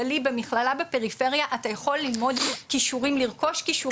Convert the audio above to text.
כללי במכללה בפריפריה אתה יכול לרכוש כישורים,